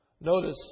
Notice